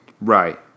Right